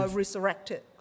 resurrected？